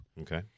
Okay